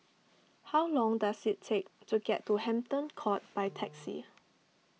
how long does it take to get to Hampton Court by taxi